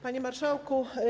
Panie Marszałku!